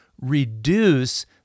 reduce